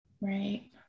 right